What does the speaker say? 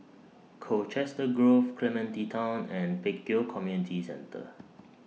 Colchester Grove Clementi Town and Pek Kio Community Centre